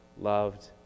loved